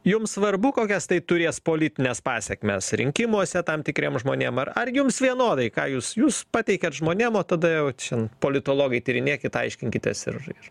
jums svarbu kokias tai turės politines pasekmes rinkimuose tam tikriem žmonėm ar ar jums vienodai ką jūs jūs pateikiat žmonėm o tada jau čia politologai tyrinėkit aiškinkitės ir ir